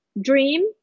dream